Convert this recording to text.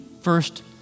first